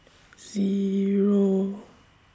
Zero